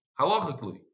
halachically